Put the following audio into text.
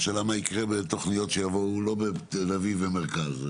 השאלה מה יקרה בתוכניות שיבואו לא בתל אביב ומרכז?